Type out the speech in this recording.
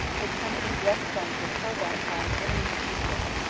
his company's left flank was held up by an enemy machine-gun.